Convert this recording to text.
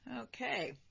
Okay